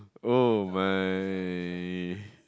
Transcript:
oh my~